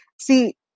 See